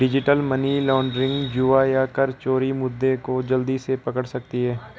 digital money laundering, जुआ या कर चोरी मुद्दे को जल्दी से पकड़ सकती है